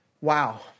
Wow